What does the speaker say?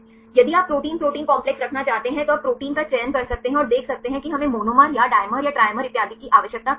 यदि आप protein protein complex रखना चाहते हैं तो आप प्रोटीन का चयन कर सकते हैं और देख सकते हैं कि हमें मोनोमर या डिमर या ट्रिमर इत्यादि की आवश्यकता कहां है